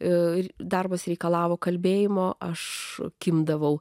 ir darbas reikalavo kalbėjimo aš kimšdavau